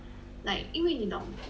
like 因为你懂